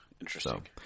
Interesting